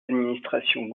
administrations